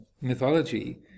mythology